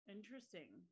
Interesting